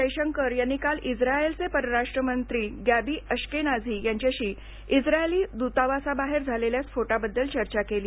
जयशंकर यांनी काल इस्रायलचे परराष्ट्रमंत्री गॅबी अशकेनाझी यांच्याशी इस्रायली दूतावासाबाहेर झालेल्या स्फोटाबद्दल चर्चा केली